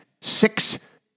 six